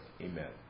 Amen